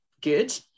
good